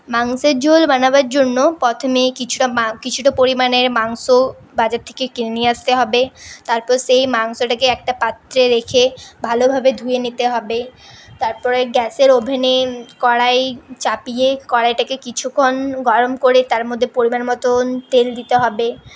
মাংসের ঝোল বানাবার জন্য প্রথমে কিছুটা মা কিছুটা পরিমাণে মাংস বাজার থেকে কিনে নিয়ে আসতে হবে তারপর সেই মাংসটাকে একটা পাত্রে রেখে ভালোভাবে ধুয়ে নিতে হবে তারপরে গ্যাসের ওভেনে কড়াই চাপিয়ে কড়াইটাকে কিছুক্ষণ গরম করে তার মধ্যে পরিমাণ মতোন তেল দিতে হবে